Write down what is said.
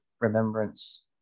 Remembrance